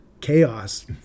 chaos